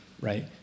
right